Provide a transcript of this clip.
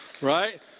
Right